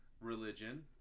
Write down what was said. religion